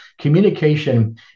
communication